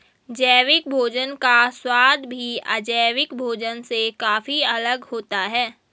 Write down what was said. जैविक भोजन का स्वाद भी अजैविक भोजन से काफी अलग होता है